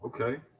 Okay